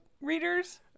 readers